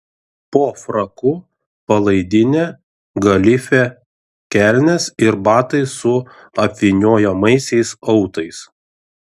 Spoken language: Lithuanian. po fraku palaidinė galifė kelnės ir batai su apvyniojamaisiais autais